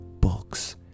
books